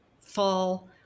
fall